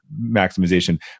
maximization